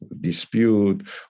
dispute